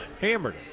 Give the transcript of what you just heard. hammered